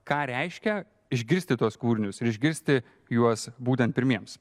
ką reiškia išgirsti tuos kūrinius ir išgirsti juos būtent pirmiems